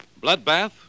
Bloodbath